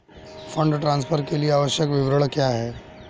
Fund transfer के लिए आवश्यक विवरण क्या हैं?